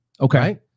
Okay